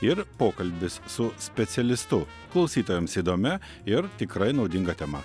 ir pokalbis su specialistu klausytojams įdomia ir tikrai naudinga tema